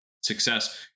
success